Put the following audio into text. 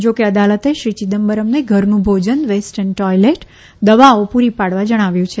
જો કે અદાલતે શ્રી ચિદમ્બરમને ઘરનું ભોજન વેસ્ટર્ન ટોઇલેટ દવાઓ પૂરી પાડવા જણાવ્યું છે